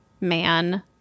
man